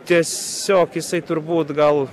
tiesiog jisai turbūt gal